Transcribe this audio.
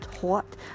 hot